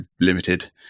limited